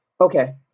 Okay